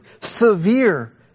Severe